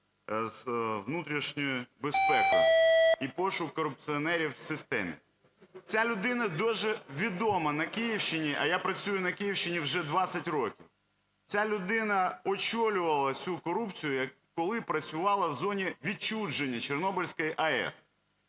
з внутрішньою безпекою і пошук корупціонерів в системі. Ця людина дуже відома на Київщині, а я працюю на Київщині вже 20 років. Ця людина очолювала всю корупцію, коли працювала в зоні відчуження Чорнобильської АЕС.